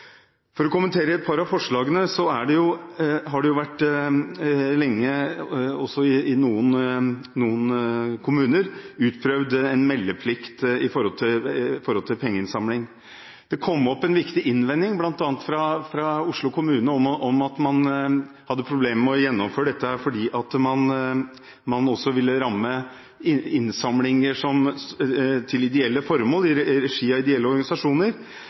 For å kommentere et par av forslagene: I noen kommuner har det lenge vært utprøvd meldeplikt når det gjelder pengeinnsamling. Det kom opp en viktig innvending, bl.a. fra Oslo kommune, om at man hadde problemer med å gjennomføre dette, fordi det også ville ramme innsamlinger til ideelle formål i regi av ideelle organisasjoner.